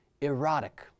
Erotic